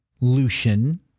Lucian